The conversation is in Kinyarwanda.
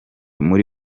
muri